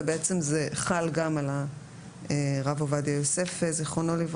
ובעצם זה חל גם על הרב עובדיה יוסף ז"ל.